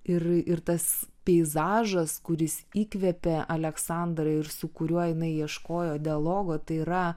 ir ir tas peizažas kuris įkvėpė aleksandrą ir su kuriuo jinai ieškojo dialogo tai yra